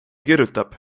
kirjutab